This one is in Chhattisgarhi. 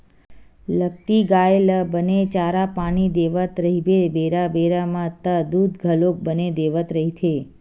लगती गाय ल बने चारा पानी देवत रहिबे बेरा बेरा म त दूद घलोक बने देवत रहिथे